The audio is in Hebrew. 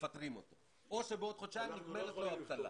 מפטרים אותו, או שבעוד חודשיים נגמרת לו האבטלה.